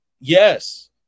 yes